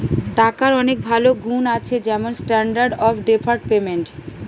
টাকার অনেক ভালো গুন্ আছে যেমন স্ট্যান্ডার্ড অফ ডেফার্ড পেমেন্ট